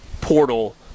portal